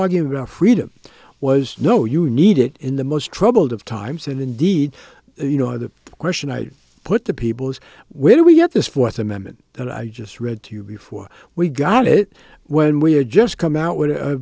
argument about freedom was no you need it in the most troubled of times and indeed you know the question i put the people's where do we get this fourth amendment that i just read to you before we got it when we are just come out with